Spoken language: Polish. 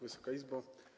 Wysoka Izbo!